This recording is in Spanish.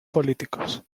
políticos